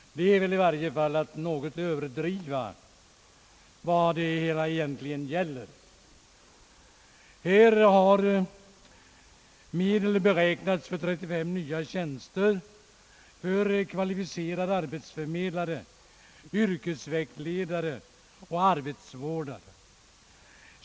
Det är väl ändå att överdriva vad det hela egentligen gäller. Här har medel beräknats för 35 nya tjänster för kvalificerade arbetsförmedlare, yrkesvägledare och arbetsvårdare.